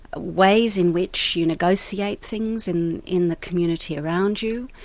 ways in which you negotiate things in in the community around you,